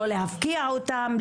לא להפקיע אותם,